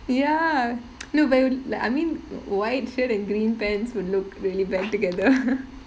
ya no but it wou~ I mean white shirt and green pants would look really bad together